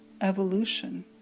evolution